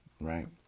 right